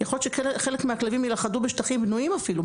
יכול גם שחלק מהכלבים ילכדו בשטחים בנויים אפילו.